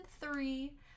three